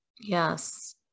Yes